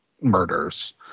Murders